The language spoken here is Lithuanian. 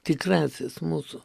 tikrasis mūsų